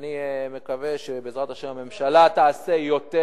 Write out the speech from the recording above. ואני מקווה שבעזרת השם הממשלה תעשה יותר